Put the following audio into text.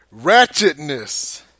Ratchetness